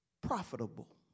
profitable